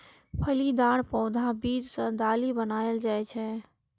फलीदार पौधाक बीज सं दालि बनाएल जाइ छै